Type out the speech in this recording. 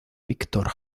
víctor